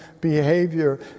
behavior